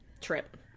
trip